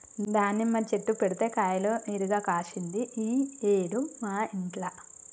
దానిమ్మ చెట్టు పెడితే కాయలు ఇరుగ కాశింది ఈ ఏడు మా ఇంట్ల